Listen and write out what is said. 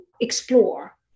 explore